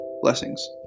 Blessings